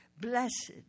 Blessed